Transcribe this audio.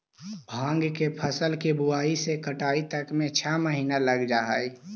भाँग के फसल के बुआई से कटाई तक में छः महीना लग जा हइ